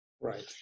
Right